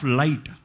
light